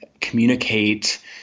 communicate